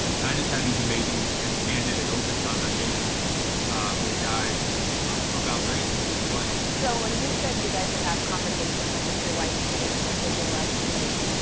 and i just had these amazing and candid and open conversations with guys about race and what it's like. so when you said you guys would have conversations, like, with your white teammates versus your black teammates,